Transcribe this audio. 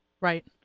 Right